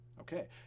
okay